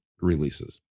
releases